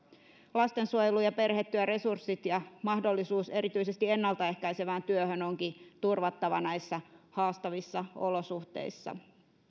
lastensuojelu ja perhetyöresurssit ja mahdollisuus erityisesti ennalta ehkäisevään työhön onkin turvattava näissä haastavissa olosuhteissa